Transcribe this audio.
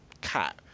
cat